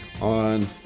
on